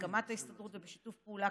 בהסכמת ההסתדרות ובשיתוף פעולה,